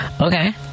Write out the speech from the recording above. Okay